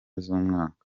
z’umwaka